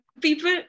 people